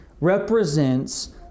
represents